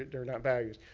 they're not values.